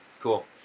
Cool